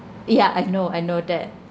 yeah I know I know that